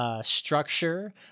Structure